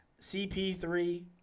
cp3